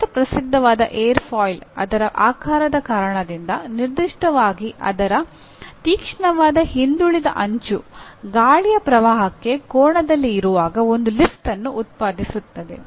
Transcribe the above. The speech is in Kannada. ಅತ್ಯಂತ ಪ್ರಸಿದ್ಧವಾದ ಏರ್ಫಾಯಿಲ್ ಅದರ ಆಕಾರದ ಕಾರಣದಿಂದ ನಿರ್ದಿಷ್ಟವಾಗಿ ಅದರ ತೀಕ್ಷ್ಣವಾದ ಹಿಂದುಳಿದ ಅಂಚು ಗಾಳಿಯ ಪ್ರವಾಹಕ್ಕೆ ಕೋನದಲ್ಲಿ ಇರುವಾಗ ಒಂದು ಲಿಫ್ಟ್ ಅನ್ನು ಉತ್ಪಾದಿಸುತ್ತದೆ